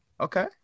Okay